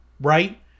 right